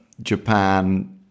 Japan